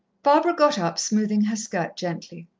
barbara got up, smoothing her skirt gently.